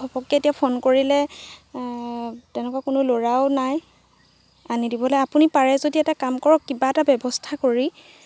ঘপককে এতিয়া ফোন কৰিলে তেনেকুৱা কোনো ল'ৰাও নাই আনি দিবলৈ আপুনি পাৰে যদি এটা কাম কৰক কিবা এটা ব্যৱস্থা কৰি